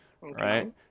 right